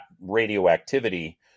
radioactivity